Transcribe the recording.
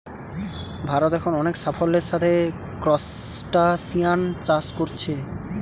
ভারত এখন অনেক সাফল্যের সাথে ক্রস্টাসিআন চাষ কোরছে